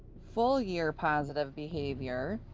full year positive behavior,